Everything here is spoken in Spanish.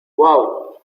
uau